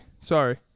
Sorry